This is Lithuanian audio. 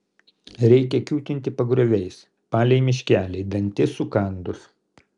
reikia kiūtinti pagrioviais palei miškelį dantis sukandus